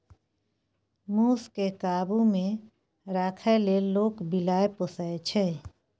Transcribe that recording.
मुस केँ काबु मे राखै लेल लोक बिलाइ पोसय छै